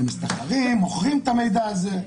הם מסתחרים, מוכרים את המידע הזה.